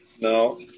no